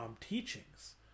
teachings